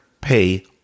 pay